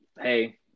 hey